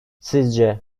sizce